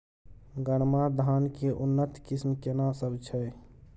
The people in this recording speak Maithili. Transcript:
गरमा धान के उन्नत किस्म केना सब छै?